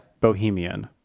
Bohemian